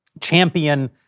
champion